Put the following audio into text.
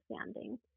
understanding